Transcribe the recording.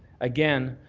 again,